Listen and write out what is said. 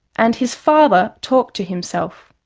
and his father talked to himself.